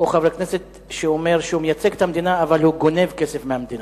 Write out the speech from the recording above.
או חבר כנסת שאומר שהוא מייצג את המדינה אבל הוא גונב כסף מהמדינה?